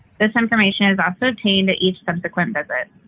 this information is also obtained in each subsequent visit.